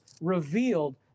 revealed